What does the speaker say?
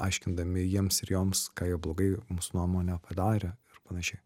aiškindami jiems ir joms ką jie blogai mūsų nuomone padarė ir panašiai